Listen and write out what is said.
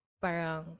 Parang